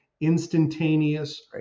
instantaneous